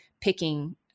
picking